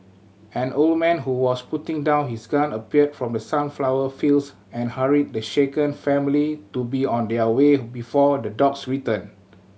an old man who was putting down his gun appeared from the sunflower fields and hurried the shaken family to be on their way before the dogs return